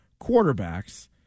quarterbacks